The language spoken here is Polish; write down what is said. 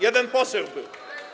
Jeden poseł był.